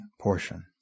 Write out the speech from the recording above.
portion